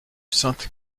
sainte